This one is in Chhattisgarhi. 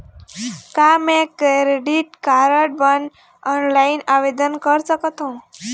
का मैं क्रेडिट कारड बर ऑनलाइन आवेदन कर सकथों?